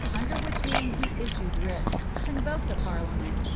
under which name he issued writs, convoked a parliament,